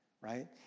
right